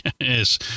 Yes